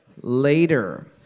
Later